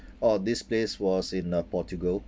oh this place was in uh portugal